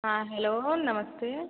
हाँ हेलो नमस्ते